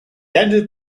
ended